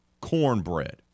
cornbread